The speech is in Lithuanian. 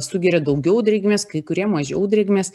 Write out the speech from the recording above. sugeria daugiau drėgmės kai kurie mažiau drėgmės